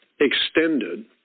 extended